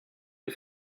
les